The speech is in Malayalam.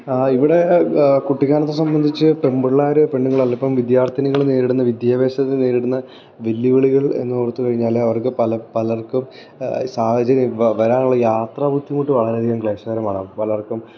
ഇവിടെ കുട്ടിക്കാലത്തെ സംബന്ധിച്ച് പെമ്പുള്ളാർ പെണ്ണുങ്ങളല്ല ഇപ്പം വിദ്യാർത്ഥിനികൾ നേരിടുന്ന വിദ്യാഭ്യാസത്തിൽ നേരിടുന്ന വെല്ലുവിളികൾ എനോർത്ത് കഴിഞ്ഞാൽ അവർക്ക് പല പലർക്കും സാഹചര്യം വരാനുള്ള യാത്ര ബുദ്ധിമുട്ട് വളരെ അധികം ക്ലേഷകരമാണ് പലർക്കും